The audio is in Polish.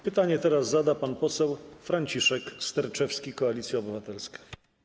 Pytanie zada pan poseł Franciszek Sterczewski, Koalicja Obywatelska.